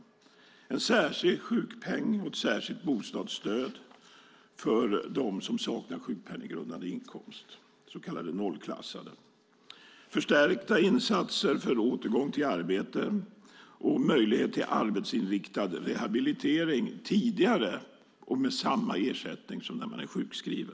Man föreslår en särskild sjukpeng och ett särskilt bostadsstöd för dem som saknar sjukpenninggrundande inkomst, så kallade nollklassade. Man föreslår förstärkta insatser för återgång till arbete och möjlighet till arbetsinriktad rehabilitering tidigare och med samma ersättning som när människor är sjukskrivna.